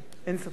אין ספק.